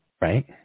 right